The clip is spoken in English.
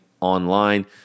online